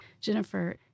Jennifer